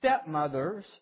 stepmothers